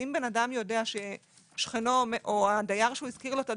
אם האדם יודע ששכנו או האדם שהשכיר לו את הדירה,